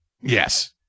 Yes